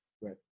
right